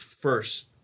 first